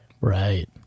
Right